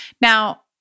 Now